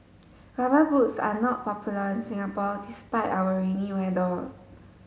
rubber boots are not popular in Singapore despite our rainy weather